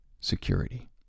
security